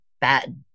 bad